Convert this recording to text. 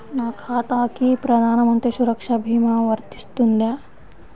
నా ఖాతాకి ప్రధాన మంత్రి సురక్ష భీమా వర్తిస్తుందా?